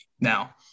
now